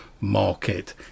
market